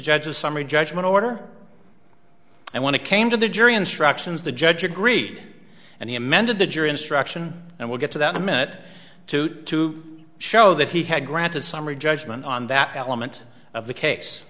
judge's summary judgment order and when it came to the jury instructions the judge agreed and he amended the jury instruction and we'll get to that a minute or two to show that he had granted summary judgment on that element of the case